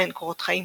מעין קורות חיים,